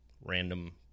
random